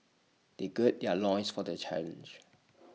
they gird their loins for the challenge